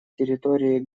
территории